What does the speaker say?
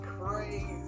crazy